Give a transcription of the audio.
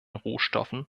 rohstoffen